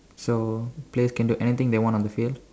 so players can do anything they want on the field